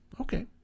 Okay